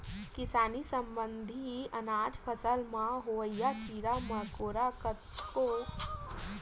किसानी संबंधित अनाज फसल म होवइया कीरा मकोरा घलोक कतको परकार के होथे